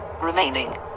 remaining